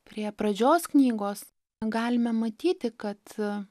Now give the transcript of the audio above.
prie pradžios knygos galime matyti kad